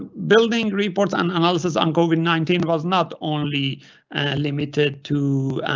ah building? report an analysis on going nineteen was not only limited to,